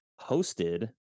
hosted